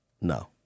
No